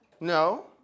no